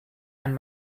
and